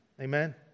Amen